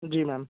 जी ma'am